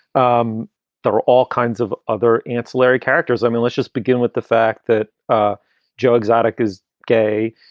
um there were all kinds of other ancillary characters. i mean, let's just begin with the fact that ah joe exotic is gay.